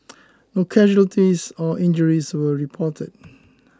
no casualties or injuries were reported